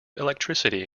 electricity